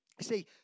see